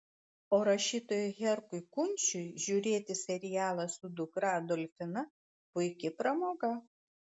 o rašytojui herkui kunčiui žiūrėti serialą su dukra adolfina puiki pramoga